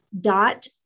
dot